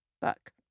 book